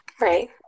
right